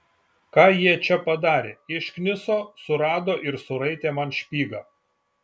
ką jie čia padarė iškniso surado ir suraitė man špygą